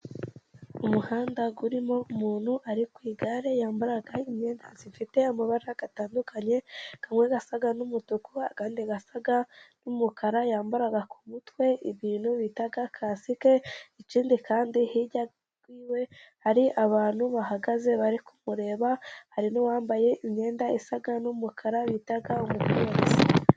Umuhanda urimo umuntu ari ku igare yambara imyenda ifite amabara atandukanye kamwe gasa n'umutuku undi usa n'umukara. Yambara ku mutwe ibintu bita kasike ikindi kandi hirya yiwe hari abantu bahagaze bari kumureba, hari n'uwambaye imyenda isa n'umukara bita umu...